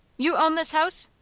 you own this house?